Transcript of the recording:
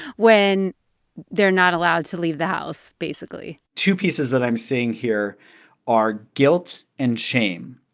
when they're not allowed to leave the house, basically? two pieces that i'm seeing here are guilt and shame.